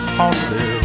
horses